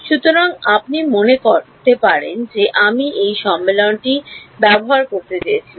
সুতরাং আপনি মনে করতে পারেন যে আমি এই সম্মেলনটি ব্যবহার করতে চেয়েছিলাম